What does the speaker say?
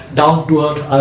down-to-earth